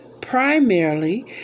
primarily